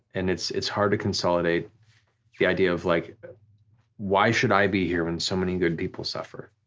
and it's it's hard to consolidate the idea of like why should i be here when so many good people suffer.